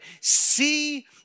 See